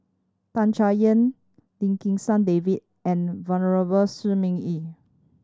Tan Chay Yan Lim Kim San David and Venerable Shi Ming Yi